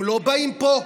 הם לא באים לפה,